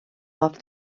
golf